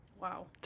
wow